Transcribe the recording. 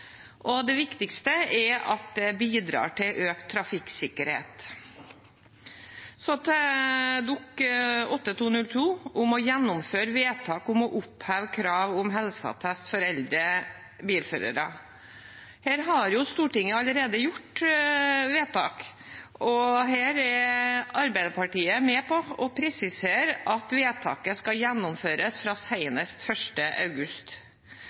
og det viktigste er at det bidrar til økt trafikksikkerhet. Så til Dokument 8:202 S for 2020–2021, om å gjennomføre vedtak om å oppheve kravet om helseattest for eldre bilførere. Her har Stortinget allerede gjort vedtak, og her er Arbeiderpartiet med på å presisere at vedtaket skal gjennomføres fra senest 1. august.